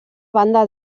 banda